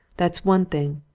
that's one thing.